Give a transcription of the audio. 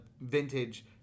vintage